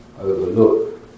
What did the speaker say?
overlook